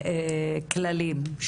את הכללים.